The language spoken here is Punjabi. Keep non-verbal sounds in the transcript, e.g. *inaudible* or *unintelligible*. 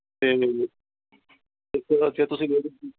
ਅਤੇ *unintelligible*